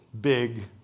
big